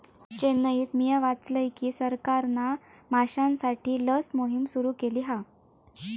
चेन्नईत मिया वाचलय की सरकारना माश्यांसाठी लस मोहिम सुरू केली हा